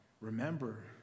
remember